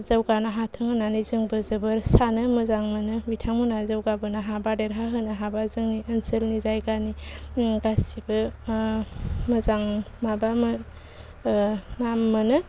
जौगानो हाथों होन्नानै जोंबो जोबोर सानो मोजां मोनो बिथांमोना जौगा बोनो हाबा देरहा होनो हाबा जोंनि ओनसोलनि जायगानि गासिबो मोजां माबा नाम मोनो